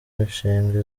imishinga